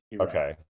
Okay